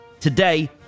Today